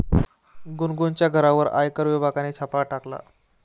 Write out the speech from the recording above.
गुनगुनच्या घरावर आयकर विभागाने छापा टाकला